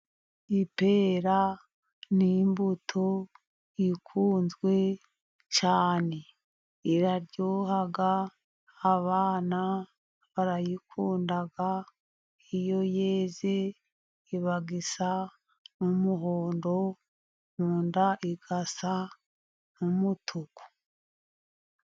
Ipera n'imbuto ikunzwe cyane iraryoha, abana barayikunda iyo yeze iba isa n'umuhondo , mu nda isa n'umutuku.